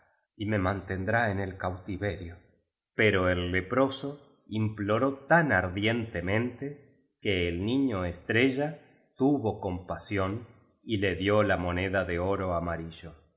y me mantendrá en el cautiverio pero el leproso imploró tan ardientemente que el niñoestrella tuvo compasión y le dio la moneda de oro amarillo